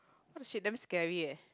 what the shit damn scary eh